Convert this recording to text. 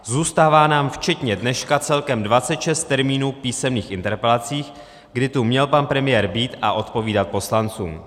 Zůstává nám včetně dneška celkem 26 termínů písemných interpelací, kdy tu měl pan premiér být a odpovídat poslancům.